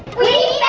we